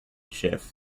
schiff